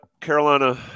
Carolina